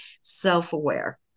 self-aware